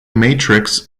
matrix